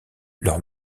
leur